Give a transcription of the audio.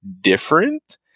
different